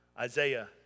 Isaiah